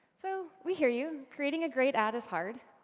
so we hear you creating a great ad is hard,